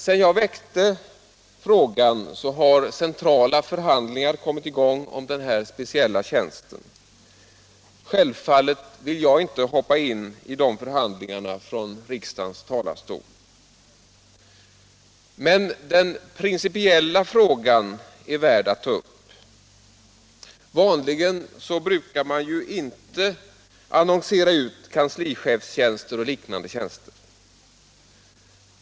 Sedan jag ställde frågan har centrala förhandlingar kommit i gång om denna speciella tjänst. Självfallet vill jag inte från riksdagens talarstol hoppa in i de förhandlingarna. Den principiella frågan är emellertid värd att ta upp. Vanligen brukar man ju inte annonsera ut kanslichefstjänster och liknande tjänster.